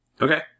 Okay